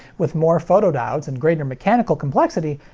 with more photodiodes and greater mechanical complexity,